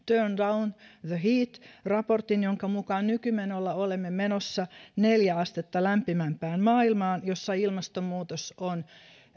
down the heat raportin jonka mukaan nykymenolla olemme menossa neljä astetta lämpimämpään maailmaan jossa ilmastonmuutos on